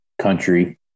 country